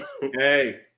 hey